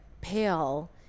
pale